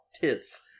tits